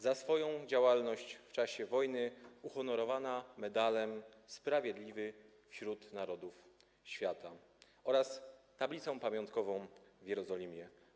Za swoją działalność w czasie wojny uhonorowana medalem Sprawiedliwy wśród Narodów Świata oraz tablicą pamiątkową w Jerozolimie.